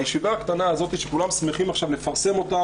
הישיבה הקטנה הזאת שכולם שמחים לפרסם אותה